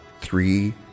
three